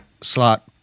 slot